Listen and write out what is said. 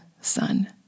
son